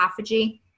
autophagy